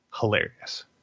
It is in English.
hilarious